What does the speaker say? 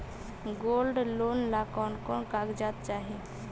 Gold loan ला कौन कौन कागजात चाही?